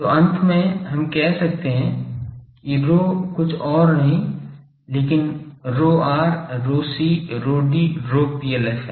तो अंत में हम कह सकते हैं कि ρ कुछ और नहीं लेकिन ρr ρc ρd ρPLF है